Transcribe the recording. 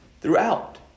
throughout